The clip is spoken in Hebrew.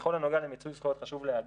בכל הנוגע למיצוי זכויות חשוב להגיד,